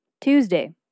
Tuesday